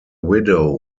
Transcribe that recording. widow